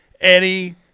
Eddie